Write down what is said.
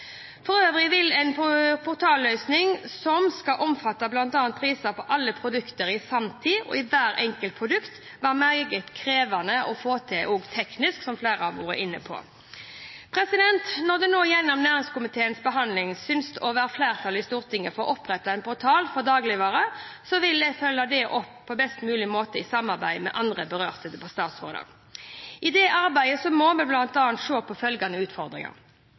For øvrig vil en portalløsning som skal omfatte bl.a. priser på alle produkter i «sanntid» og i hver enkelt butikk, være meget krevende å få til rent teknisk – som flere har vært inne på. Når det nå gjennom næringskomiteens behandling synes å være flertall i Stortinget for å opprette en portal for dagligvarer, vil jeg følge opp dette på best mulig måte i samarbeid med andre berørte statsråder. I det arbeidet må vi bl.a. se på følgende utfordringer: